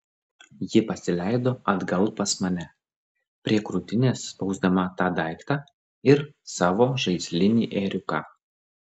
ji pasileido atgal pas mane prie krūtinės spausdama tą daiktą ir savo žaislinį ėriuką